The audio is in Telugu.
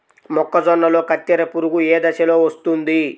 మొక్కజొన్నలో కత్తెర పురుగు ఏ దశలో వస్తుంది?